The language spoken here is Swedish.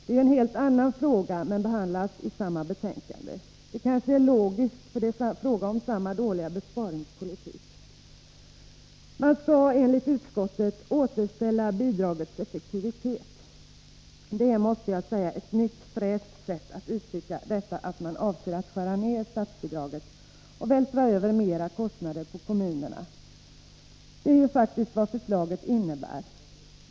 Det är en helt annan fråga, men den behandlas i samma betänkande. Det är kanske logiskt, för det är fråga om samma dåliga besparingspolitik. Man skall, enligt utskottet, återställa bidragets effektivitet. Jag måste säga att det är ett nytt, fräscht sätt att uttrycka saken på, när man avser att skära ned statsbidraget och vältra över mer kostnader på kommunerna. Det är faktiskt vad förslaget innebär.